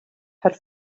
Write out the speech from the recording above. had